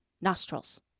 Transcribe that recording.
nostrils